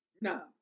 No